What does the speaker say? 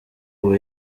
ubu